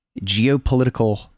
geopolitical